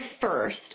first